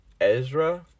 Ezra